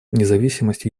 независимость